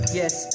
yes